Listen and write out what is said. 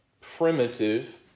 primitive